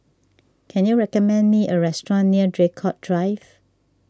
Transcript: can you recommend me a restaurant near Draycott Drive